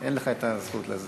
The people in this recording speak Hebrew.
אז אין לך הזכות לזה.